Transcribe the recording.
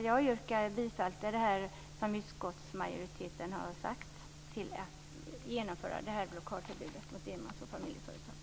Jag yrkar bifall till det som utskottsmajoriteten har sagt om att genomföra förbudet mot blockad av enmans och familjeföretag.